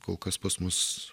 kol kas pas mus